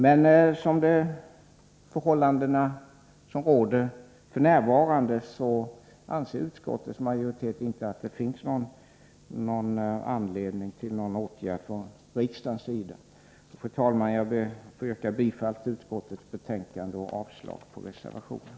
Men med de förhållanden som f.n. råder anser utskottets majoritet inte att det finns någon anledning att vidta åtgärder från riksdagens sida. Fru talman! Jag ber att få yrka bifall till utskottets hemställan och avslag på reservationen.